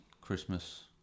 Christmas